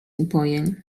upojeń